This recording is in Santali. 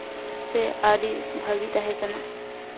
ᱥᱮ ᱟᱹᱰᱤ ᱵᱷᱟᱹᱜᱤ ᱛᱟᱦᱮᱸ ᱠᱟᱱᱟ